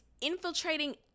infiltrating